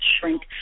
shrink